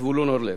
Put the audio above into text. זבולון אורלב,